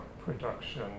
production